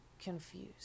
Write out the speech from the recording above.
confused